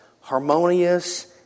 harmonious